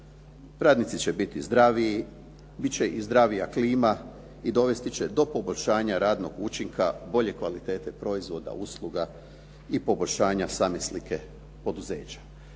Radnici će biti zdraviji, bit će i zdravija klima i dovesti do poboljšanja radnog učinka, bolje kvalitete proizvoda, usluga i poboljšanja same slike poduzeća.